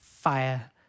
fire